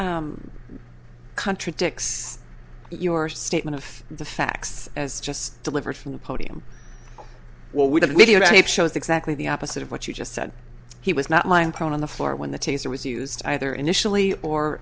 tape contradicts your statement of the facts as just delivered from the podium well we have a videotape shows exactly the opposite of what you just said he was not mine prone on the floor when the taser was used either initially or